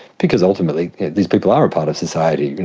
because ultimately these people are a part of society.